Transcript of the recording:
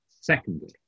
Secondly